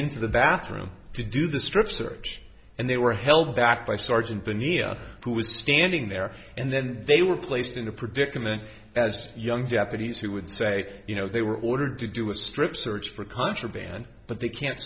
into the bathroom to do the strip search and they were held back by sergeant the nia who was standing there and then they were placed in a predicament as young deputies who would say you know they were ordered to do with strip search for contraband but they can't